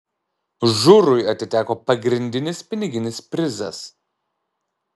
žurui atiteko pagrindinis piniginis prizas